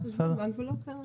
חשבון בנק ולא קרן.